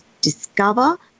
discover